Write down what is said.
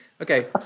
Okay